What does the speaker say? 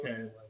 okay